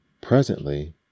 Presently